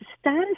status